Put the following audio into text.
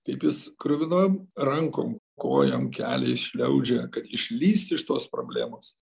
kaip jis kruvinom rankom kojom keliais šliaužia kad išlįst iš tos problemos